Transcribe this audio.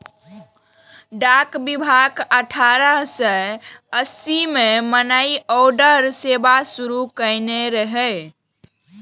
डाक विभाग अठारह सय अस्सी मे मनीऑर्डर सेवा शुरू कयने रहै